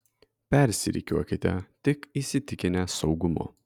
persirikiuokite tik įsitikinę saugumu